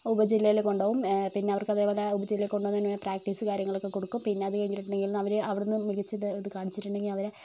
ഉപജില്ലയില് കൊണ്ട് പോകും പിന്നെ അവർക്ക് അതേപോലെ ഉപജില്ലയില് കൊണ്ട് പോകുന്നതിന് പ്രാക്ടീസ് കാര്യങ്ങളൊക്കെ കൊടുക്കും പിന്നെ അത് കഴിഞ്ഞിട്ടുണ്ടെങ്കിൽ അവര് അവിടുന്ന് മികച്ച ഇത് കാണിച്ചിട്ടുണ്ടെങ്കിൽ അവരെ